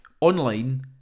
online